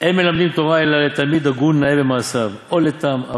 אין מלמדין תורה אלא לתלמיד הגון נאה במעשיו או לתם,